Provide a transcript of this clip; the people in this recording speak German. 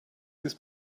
ist